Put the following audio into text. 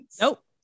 Nope